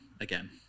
again